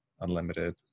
Unlimited